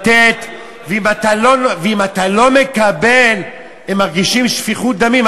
לתת, ואם אתה לא מקבל, הם מרגישים שפיכות דמים.